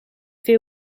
fait